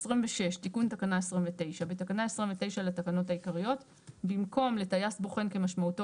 26. תיקון תקנה 29. בתקנה 29 לתקנות העיקריות במקום "לטייס בוחן כמשמעותו